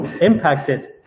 impacted